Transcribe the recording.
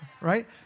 Right